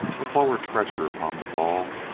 a forward pressure upon the ball,